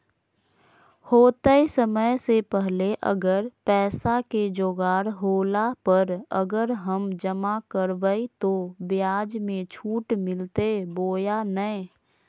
होतय समय से पहले अगर पैसा के जोगाड़ होला पर, अगर हम जमा करबय तो, ब्याज मे छुट मिलते बोया नय?